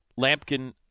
Lampkin